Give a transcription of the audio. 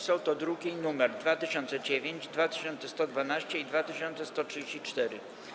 Są to druki nr 2009, 2112 i 2134.